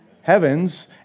heavens